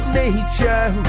nature